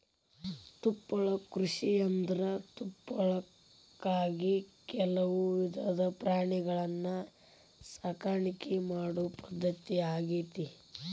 ತುಪ್ಪಳ ಕೃಷಿಯಂದ್ರ ತುಪ್ಪಳಕ್ಕಾಗಿ ಕೆಲವು ವಿಧದ ಪ್ರಾಣಿಗಳನ್ನ ಸಾಕಾಣಿಕೆ ಮಾಡೋ ಪದ್ಧತಿ ಆಗೇತಿ